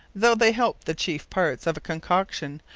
though they help the chiefe parts of concoction,